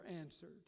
answered